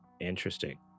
Interesting